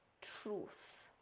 truth